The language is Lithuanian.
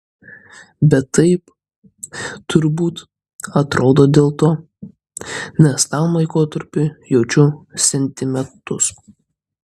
bet taip turbūt atrodo dėl to nes tam laikotarpiui jaučiu sentimentus